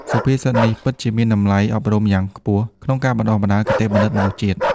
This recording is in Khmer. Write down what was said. សុភាសិតនេះ ពិតជាមានតម្លៃអប់រំយ៉ាងខ្ពស់ក្នុងការបណ្តុះគតិបណ្ឌិតមនុស្សជាតិ។